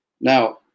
Now